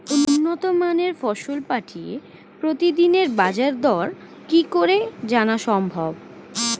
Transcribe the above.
উন্নত মানের ফসল পাঠিয়ে প্রতিদিনের বাজার দর কি করে জানা সম্ভব?